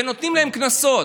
ונותנים להם קנסות.